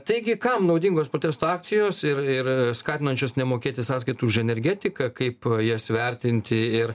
taigi kam naudingos protesto akcijos ir ir skatinančios nemokėti sąskaitų už energetiką kaip jas vertinti ir